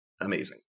amazing